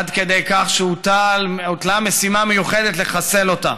עד כדי כך שהוטלה משימה מיוחדת לחסל אותה,